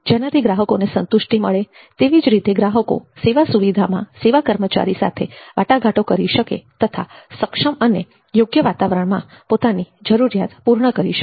જેનાથી ગ્રાહકોને સંતુષ્ટિ મળે તેવી જ રીતે ગ્રાહકો સેવા સુવિધામાં સેવા કર્મચારી સાથે વાટાઘાટો કરી શકે તથા સક્ષમ અને યોગ્ય વાતાવરણમાં પોતાની જરૂરિયાતો પૂર્ણ કરી શકે